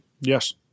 Yes